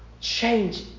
change